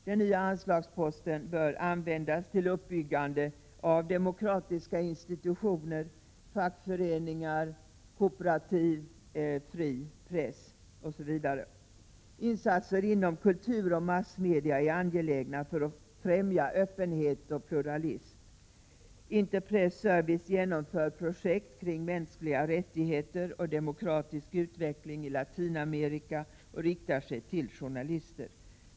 Den nya anslagsposten bör användas till uppbyggande av demokratiska institutioner, fackföreningar, kooperativ, en fri press osv. Insatser inom kultur och massmedia är angelägna för att främja öppenhet och pluralism. Inter Press Service genomför projekt kring mänskliga rättigheter och demokratisk utveckling i Latinamerika. Dessa projekt riktar sig till journalister.